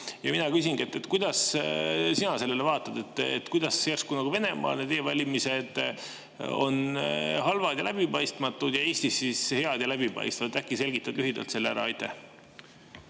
Ja mina küsingi, kuidas sina sellele vaatad. Kuidas järsku Venemaal need e‑valimised on halvad ja läbipaistmatud, aga Eestis on need head ja läbipaistvad? Äkki selgitad lühidalt selle ära? Aitäh,